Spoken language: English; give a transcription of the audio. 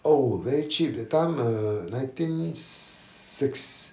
oh very cheap that time uh nineteen six